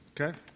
Okay